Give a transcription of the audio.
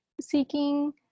seeking